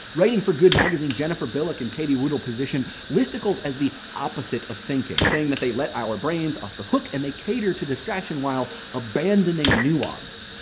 writing for good magazine, magazine, jennifer billock and katie wudel positioned listicles as the opposite of thinking, saying that they let our brains off the hook and they cater to distraction while abandoning nuance.